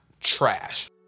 trash